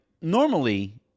normally